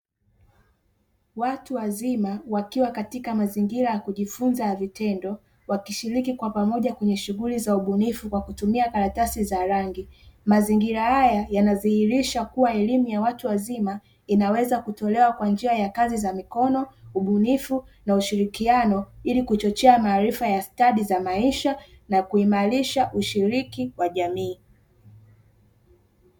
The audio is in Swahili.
Watu wazima wakiwa katika mazingira ya kujifunza ya vitendo wakishiriki kwa pamoja kwenye shughuli za ubunifu kwa kutumia karatasi za rangi. Mazingira haya yanadhihirisha kuwa elimu ya watu wazima inaweza kutolewa kwa njia ya kazi za mikono, ubunifu na ushirikiano ili kuchochea maarifa ya stadi za maisha na kuimarisha ushiriki wa jamii.